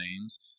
names